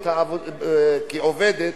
כעובדת,